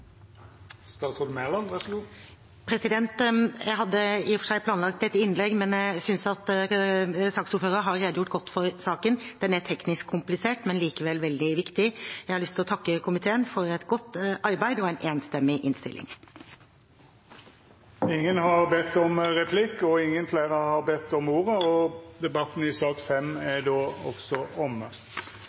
innlegg, men synes at saksordføreren har redegjort godt for saken. Den er teknisk komplisert, men likevel veldig viktig. Jeg har lyst til å takke komiteen for et godt arbeid og en enstemmig innstilling. Fleire har ikkje bedt om ordet til sak nr. 5. Etter ynske frå komiteen vil presidenten ordna debatten